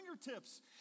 fingertips